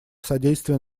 содействия